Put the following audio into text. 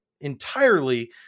entirely